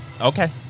Okay